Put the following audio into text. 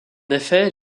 effet